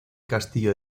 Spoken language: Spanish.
castillo